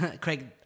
Craig